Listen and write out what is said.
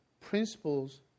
principles